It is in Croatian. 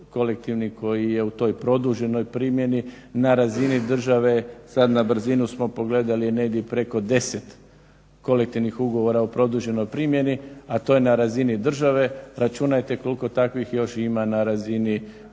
kolektivni koji je u toj produženoj primjeni na razini države, sad na brzinu smo pogledali, je negdje preko 10 kolektivnih ugovora u produženoj primjeni. A to je na razini države računajte koliko takvih još ima na razini tvrtke,